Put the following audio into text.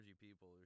people